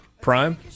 Prime